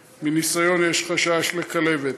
שמניסיון יש בהם חשש לכלבת.